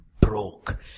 broke